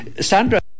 Sandra